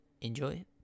enjoy